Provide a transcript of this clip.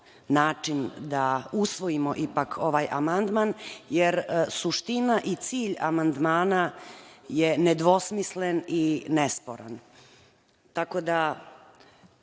način da usvojimo ipak ovaj amandman, jer suština i cilj amandmana je nedvosmislen i nesporan, tako da